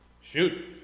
Shoot